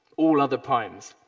all other primes.